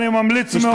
אני ממליץ מאוד,